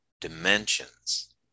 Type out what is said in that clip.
dimensions